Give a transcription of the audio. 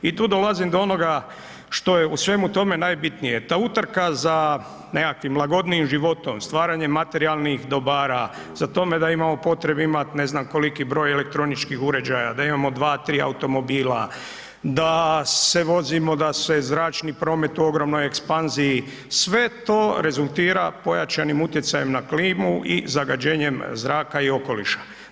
I tu dolazim do onoga što je u svemu tome najbitnije, ta utrka za nekakvim lagodnijim životom, stvaranjem materijalnih dobara, za tome da imamo potrebe imat ne znam koliki broj elektroničkih uređaja, da imamo 2-3 automobila, da se vozimo, da se zračni promet u ogromnoj ekspanziji, sve to rezultira pojačanim utjecajem na klimu i zagađenjem zraka i okoliša.